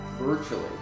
virtually